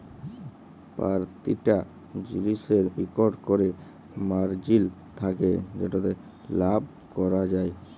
পরতিটা জিলিসের ইকট ক্যরে মারজিল থ্যাকে যেটতে লাভ ক্যরা যায়